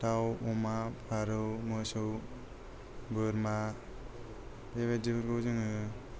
दाव अमा फारौ मोसौ बोरमा बेबादिफोरखौ जोङो